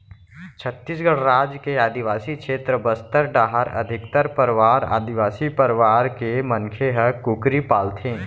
छत्तीसगढ़ राज के आदिवासी छेत्र बस्तर डाहर अधिकतर परवार आदिवासी परवार के मनखे ह कुकरी पालथें